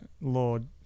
Lord